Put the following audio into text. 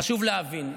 חשוב להבין,